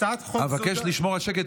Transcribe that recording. אבקש לשמור על שקט.